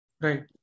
Right